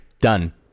done